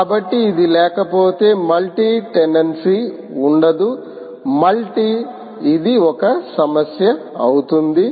కాబట్టి ఇది లేకపోతే మల్టీ టెనెన్సీ ఉండదు మల్టీ ఇది ఒక సమస్య అవుతుంది